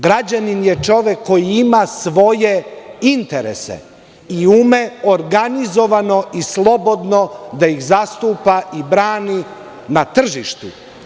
Građanin je čovek koji ima svoje interese i ume organizovano i slobodno da ih zastupa i brani na tržištu.